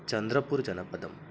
Chandrapur जनपदम्